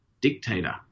dictator